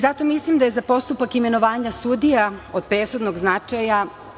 Zato mislim da je za postupak imenovanja sudija od presudnog značaja.